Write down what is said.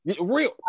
real